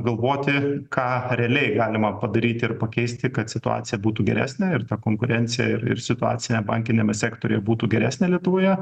galvoti ką realiai galima padaryti ir pakeisti kad situacija būtų geresnė ir ta konkurencija ir ir situacija bankiniame sektoriuje būtų geresnė lietuvoje